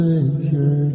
Savior